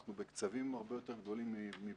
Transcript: אנחנו בקצבים הרבה יותר גדולים מבעבר.